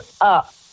up